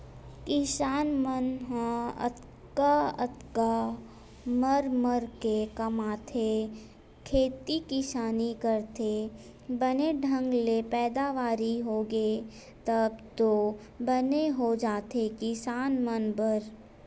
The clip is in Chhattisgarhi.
किसान मन ह अतका अतका मर मर के कमाथे खेती किसानी करथे बने ढंग ले पैदावारी होगे तब तो बने हो जाथे किसान मन बर